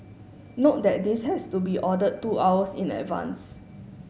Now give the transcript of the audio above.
note that this has to be ordered two hours in advance